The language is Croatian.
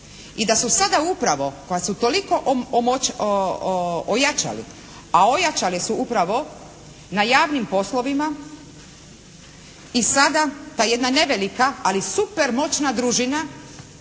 I da su sada upravo koja su toliko ojačali, a ojačali su upravo na javnim poslovima i sada ta jedna nevelika, ali super moćna družina